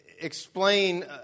explain